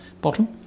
bottom